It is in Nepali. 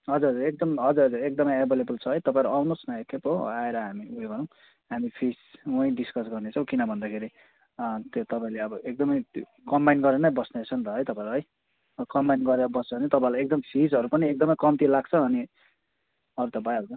हजुर एकदम हजुर हजुर एकदमै एभाइलेबल छ है तपाईँहरू आउनुहोस् न एकखेप हो आएर हामी उयो गरौँ हामी फिस वहीँ डिस्कस गर्ने छौँ किन भन्दाखेरि त्यो तपाईँले अब एकदमै कम्बाइन्ड गरेर नै बस्नेरहेछ नि त है तपाईँहरू है कम्बाइन्ड गरेर बसो भने तपाईँहरूलाई एकदम फिसहरू पनि एकदमै कम्ती लाग्छ अनि अरू त भइहाल्छ